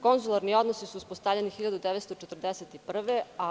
Konzularni odnosi su uspostavljeni 1941. godine.